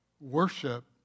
worship